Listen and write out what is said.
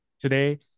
today